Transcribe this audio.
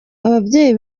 ababyeyi